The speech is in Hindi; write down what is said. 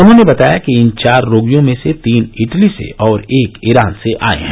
उन्होंने बताया कि इन चार रोगियों में से तीन इटली से और एक ईरान से आये हैं